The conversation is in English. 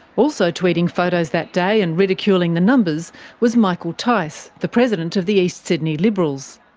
also tweeting photos that day and ridiculing the numbers was michael tiyce, the president of the east sydney liberals.